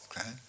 Okay